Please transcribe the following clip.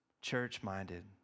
Church-minded